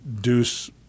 Deuce